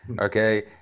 Okay